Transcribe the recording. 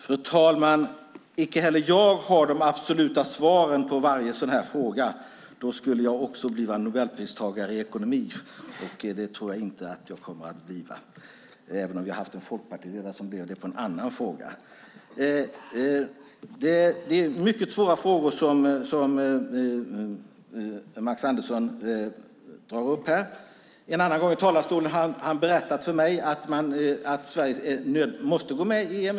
Fru talman! Icke heller jag har de absoluta svaren på varje sådan här fråga. Då skulle jag också bliva Nobelpristagare i ekonomi, och det tror jag inte att jag kommer att bliva även om vi har haft en folkpartiledare som blev det i en annan fråga. Det är mycket svåra frågor som Max Andersson drar upp här. En annan gång har han från talarstolen berättat för mig att Sverige måste gå med i EMU.